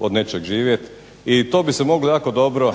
od nečeg živjeti, i to bi se moglo jako dobro